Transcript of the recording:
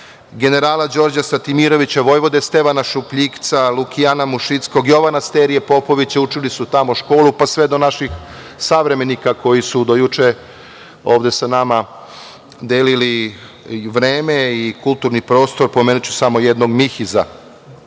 generala Đorđa Stratimirovića, Vojvode Stevana Šupljikca, Lukijana Mušickog, Jovana Sterije Popovića, učili su tamo školu, pa sve do naših savremenika koji su do juče ovde sa nama delili i vreme i kulturni prostor. Pomenuću samo jednog Mihiza. Nadam